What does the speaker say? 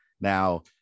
Now